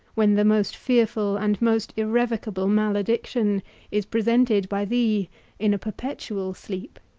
when the most fearful and most irrevocable malediction is presented by thee in a perpetual sleep.